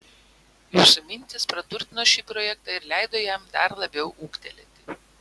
jūsų mintys praturtino šį projektą ir leido jam dar labiau ūgtelėti